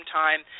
time